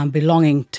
belonging